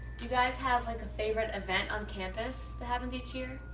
do you guys have like a favorite event on campus that happens each year?